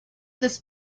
this